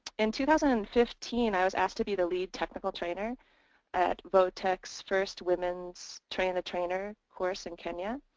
in two thousand and fifteen i was asked to be the lead technical trainer at voctec's first women's train the trainer course in kenya.